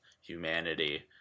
humanity